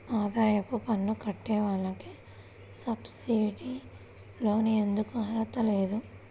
ఆదాయ పన్ను కట్టే వాళ్లకు సబ్సిడీ లోన్ ఎందుకు అర్హత లేదు?